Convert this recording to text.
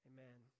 Amen